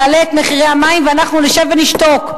יעלה את מחירי המים ואנחנו נשב ונשתוק.